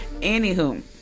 Anywho